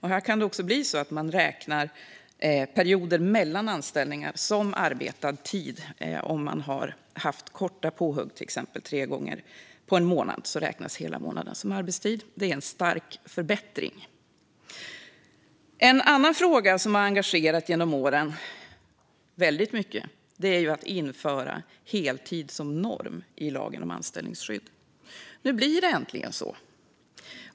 Här kan det också bli så att man räknar perioden mellan anställningar som arbetad tid. Om man till exempel har haft korta påhugg tre gånger på en månad räknas hela månaden som arbetstid. Det är en stark förbättring. En annan fråga som har engagerat väldigt mycket genom åren är införandet av heltid som norm i lagen om anställningsskydd. Nu blir det äntligen så.